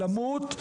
למות,